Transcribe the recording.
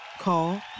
Call